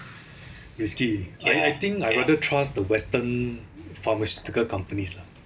risky I I think I rather trust the western pharmaceutical companies